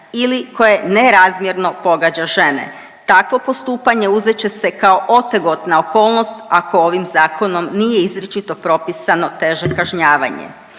ili koje nerazmjerno pogađa žene. Takvo postupanje uzet će se kao otegotna okolnost, ako ovim Zakonom nije izričito propisano teže kažnjavanje.